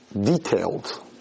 detailed